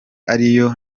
ariyo